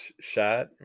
shot